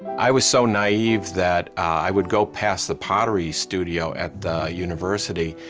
i was so naive that i would go past the pottery studio at the university,